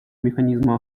механизма